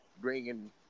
bringing